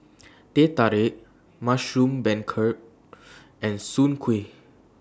Teh Tarik Mushroom Beancurd and Soon Kuih